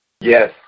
Yes